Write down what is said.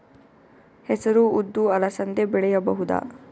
ಹೆಸರು ಉದ್ದು ಅಲಸಂದೆ ಬೆಳೆಯಬಹುದಾ?